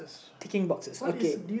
picking boxes okay